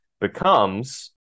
becomes